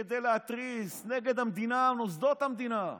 זה כדי להתריס נגד המדינה, מוסדות המדינה.